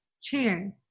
Cheers